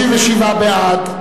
בעד,